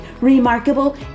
remarkable